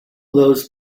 those